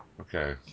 Okay